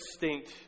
distinct